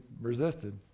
resisted